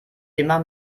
immer